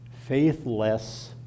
faithless